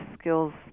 skills